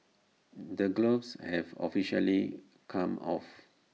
the gloves have officially come off